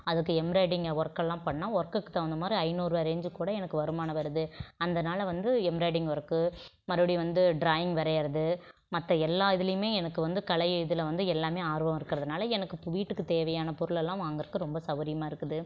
அதுக்கு எம்ப்ராய்டிங் ஒர்க்கெல்லாம் பண்ணால் ஒர்க்குக்கு தகுந்தமாதிரி ஐந்நூறுரூவா ரேஞ்சிக்கு கூட எனக்கு வருமானம் வருது அந்தனால வந்து எம்ப்ராய்டிங் ஒர்க்கு மறுபடியும் வந்து டிராயிங் வரையறது மற்ற எல்லா இதுலையுமே எனக்கு வந்து கலை இதில் வந்து எல்லாமே ஆர்வம் இருக்கிறதுனால எனக்கு வீட்டுக்குத் தேவையான பொருளெல்லாம் வாங்கறக்கு ரொம்ப சௌரியமாக இருக்குது